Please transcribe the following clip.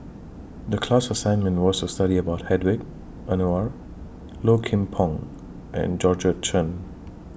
The class assignment was to study about Hedwig Anuar Low Kim Pong and Georgette Che